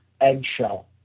eggshell